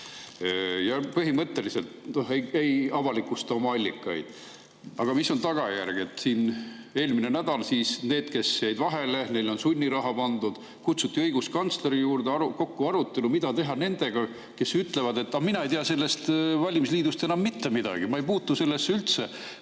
Põhimõtteliselt ei avalikusta nad oma allikaid. Aga mis on tagajärg? Eelmine nädal neile, kes jäid vahele, pandi sunniraha. Kutsuti õiguskantsleri juurde kokku arutelu, mida teha nendega, kes ütlevad, et nemad ei tea sellest valimisliidust enam mitte midagi, nad ei puutu sellesse üldse.